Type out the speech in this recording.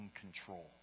control